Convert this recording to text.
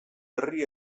herri